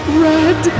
red